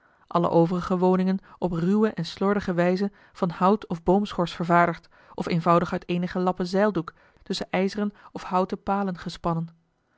alle overige woningen op ruwe en slordige wijze van hout of boomschors vervaardigd of eenvoudig uit eenige lappen zeildoek tusschen ijzeren of houten palen gespannen